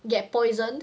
get poisoned